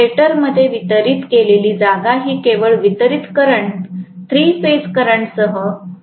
स्टेटरमध्ये वितरित केलेली जागा ही वेळ वितरित करंट थ्री फेज करंटसह इंजेक्शनने दिली जाते